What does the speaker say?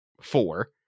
four